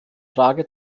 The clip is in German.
frage